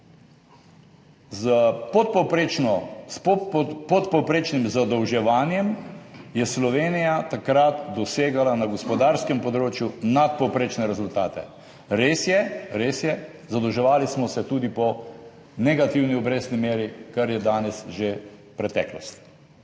s podpovprečnim zadolževanjem je Slovenija takrat dosegala na gospodarskem področju nadpovprečne rezultate. Res je, zadolževali smo se tudi po negativni obrestni meri, kar je danes že preteklost.